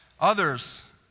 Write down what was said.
Others